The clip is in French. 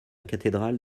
cathédrale